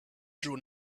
drew